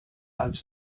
als